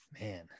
Man